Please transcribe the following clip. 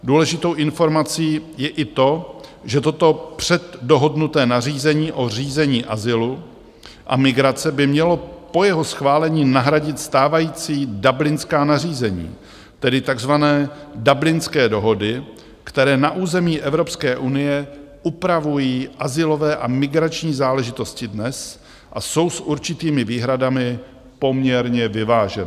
Důležitou informací je i to, že toto předdohodnuté nařízení o řízení azylu a migrace by mělo po jeho schválení nahradit stávající dublinská nařízení, tedy takzvané Dublinské dohody, které na území Evropské unie upravují azylové a migrační záležitosti dnes a jsou s určitými výhradami poměrně vyvážené.